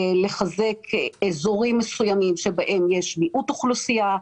לחזק אזורים מסוימים בהם יש מיעוט אוכלוסייה,